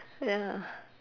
ya